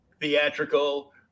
theatrical